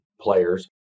players